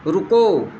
रुको